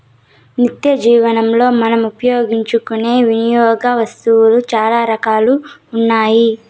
నిత్యజీవనంలో మనం ఉపయోగించుకునే వినియోగ వస్తువులు చాలా రకాలుగా ఉన్నాయి